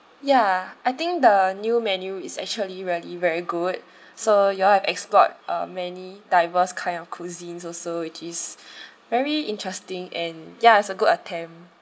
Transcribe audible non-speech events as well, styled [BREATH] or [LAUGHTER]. ya I think the new menu is actually really very good [BREATH] so you all have explored uh many diverse kind of cuisines also which is [BREATH] very interesting and ya it's a good attempt